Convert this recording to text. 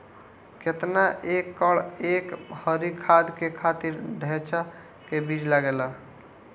केतना एक एकड़ हरी खाद के खातिर ढैचा के बीज लागेला?